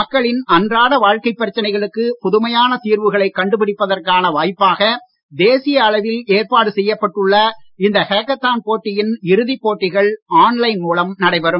மக்களின் அன்றாட வாழ்க்கை பிரச்சனைகளுக்கு புதுமையான தீர்வுகளை கண்டு பிடிப்பதற்கான வாய்ப்பாக தேசிய அளவில் ஏற்பாடு செய்யப்பட்டுள்ள இந்த ஹேக்கத்தான் போட்டியின் இறுதிப் போட்டிகள் ஆன்லைன் மூலம் நடைபெறும்